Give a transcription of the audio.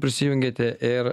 prisijungėte ir